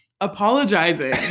Apologizing